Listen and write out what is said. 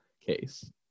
case